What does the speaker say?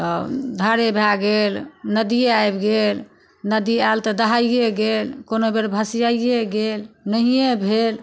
तऽ धारे भए गेल नदिये आबि गेल नदी आयल तऽ दहाये गेल कोनो बेर भसियाये गेल नहिये भेल